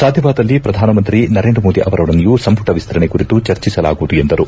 ಸಾಧ್ಯವಾದಲ್ಲಿ ಪ್ರಧಾನಮಂತ್ರಿ ನರೇಂದ್ರ ಮೋದಿ ಅವರೊಡನೆಯೂ ಸಂಪುಟ ವಿಸ್ತರಣೆ ಕುರಿತು ಚರ್ಚಿಸಲಾಗುವುದು ಎಂದರು